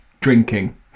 drinking